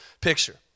picture